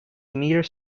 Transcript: metres